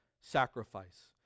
sacrifice